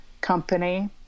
company